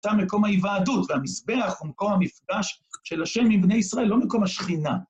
אתה מקום ההיוועדות והמזבח ומקום המפגש של ה' מבני ישראל, לא מקום השכינה.